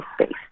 space